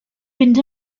fynd